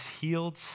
healed